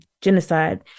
genocide